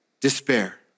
despair